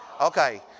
okay